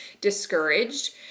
discouraged